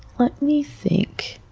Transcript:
let me think.